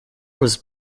was